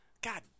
God